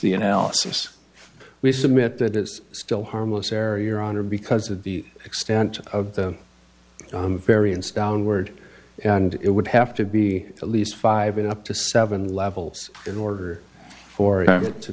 the analysis we submit that it's still harmless error your honor because of the extent of the variance downward and it would have to be at least five it up to seven levels in order for it to